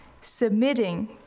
submitting